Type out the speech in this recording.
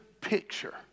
picture